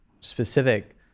specific